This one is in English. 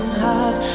heart